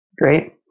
Great